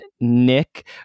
Nick